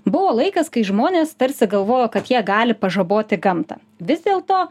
buvo laikas kai žmonės tarsi galvojo kad jie gali pažaboti gamtą vis dėlto